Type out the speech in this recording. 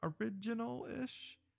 original-ish